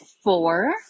four